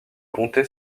comté